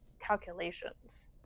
calculations